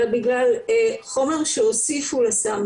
אלא בגלל חומר שהוסיפו לסם,